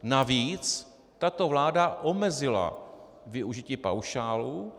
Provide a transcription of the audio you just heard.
Navíc tato vláda omezila využití paušálů.